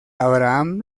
abraham